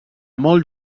molt